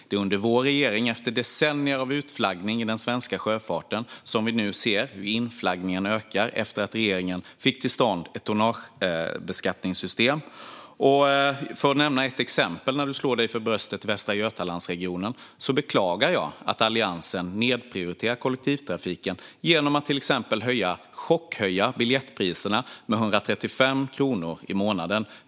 Det är under vår regering, efter decennier av utflaggning i den svenska sjöfarten, som vi nu ser hur inflaggningen ökar efter att regeringen fick ett tonnagebeskattningssystem till stånd. För att nämna ett exempel, när du nu slår dig för bröstet vad gäller Västra Götalandsregionen, beklagar jag att Alliansen nedprioriterar kollektivtrafiken genom att chockhöja biljettpriserna med 135 kronor i månaden.